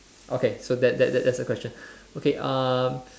okay so that that that's the question okay um